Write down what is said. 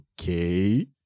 okay